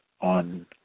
on